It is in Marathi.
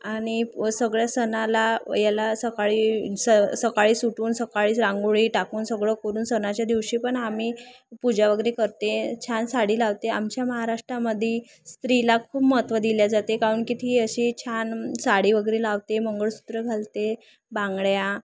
आणि प सगळ्या सणाला याला सकाळी स सकाळीस उठून सकाळीच रांगोळी टाकून सगळं करून सणाच्या दिवशी पण अम्मी पूजा वगैरे करते छान साडी लावते आमच्या महाराष्ट्रामध्ये स्त्रीला खूप महत्त्व दिल्या जाते कारण की ती अशी छान साडी वगैरे लावते मंगळसूत्र घालते बांगड्या